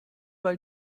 weil